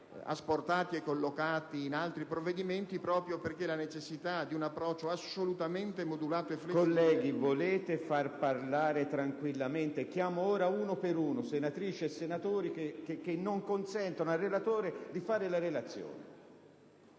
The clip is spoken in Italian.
asportati e collocati in altri provvedimenti, proprio perché la necessità di un approccio assolutamente modulato e flessibile... *(Brusìo)*. PRESIDENTE. Volete far parlare tranquillamente il collega? Devo chiamare ora uno per uno, senatrici e senatori che non consentono al relatore di svolgere la relazione?